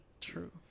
True